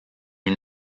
une